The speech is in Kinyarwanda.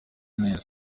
neza